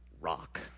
rock